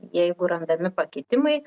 jeigu randami pakitimai